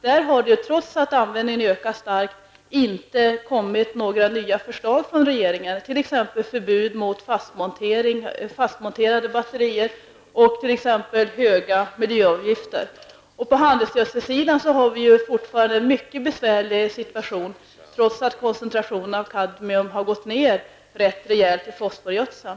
Där har det inte kommit några nya förslag från regeringen -- t.ex. ett förbud mot fastmontering av batterier och höga miljöavgifter -- trots att användningen ökat starkt. Vi har fortfarande en mycket besvärlig situation när det gäller handelsgödsel trots att koncentrationerna av kadmium har gått ner rejält i fosforgödseln.